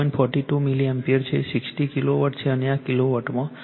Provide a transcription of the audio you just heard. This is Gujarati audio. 42 મિલી એમ્પીયર છે 60 કિલોવોટમાં છે અને આ કિલોવોલ્ટમાં છે